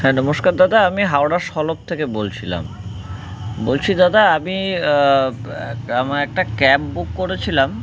হ্যাঁ নমস্কার দাদা আমি হাওড়া সহক থেকে বলছিলাম বলছি দাদা আমি আমার একটা ক্যাব বুক করেছিলাম